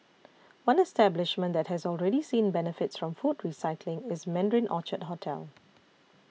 one establishment that has already seen the benefits from food recycling is Mandarin Orchard hotel